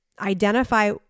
identify